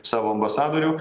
savo ambasadorių